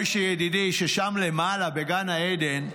משה ידידי, ששם למעלה, בגן העדן,